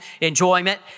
enjoyment